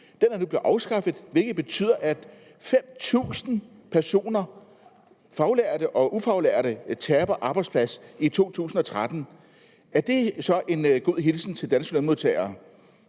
Den er nu blevet afskaffet, hvilket betyder, at 5.000 personer, faglærte og ufaglærte, mister deres arbejdsplads i 2013. Er det så en god hilsen til de danske lønmodtagere?